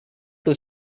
two